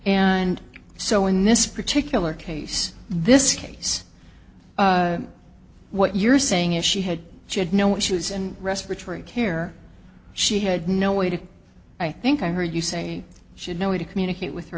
and so in this particular case this case what you're saying is she had she had no issues and respiratory care she had no way to i think i heard you say she had no way to communicate with her